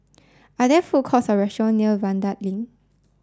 are there food courts or restaurant near Vanda Link